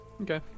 okay